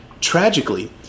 Tragically